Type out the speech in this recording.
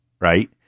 Right